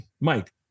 Mike